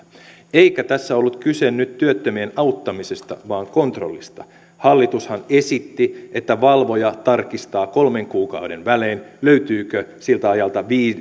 eikä tässä ollut kyse nyt työttömien auttamisesta vaan kontrollista hallitushan esitti että valvoja tarkistaa kolmen kuukauden välein löytyykö siltä ajalta